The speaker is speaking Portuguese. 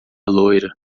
loira